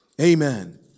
Amen